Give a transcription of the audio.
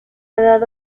dado